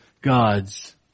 gods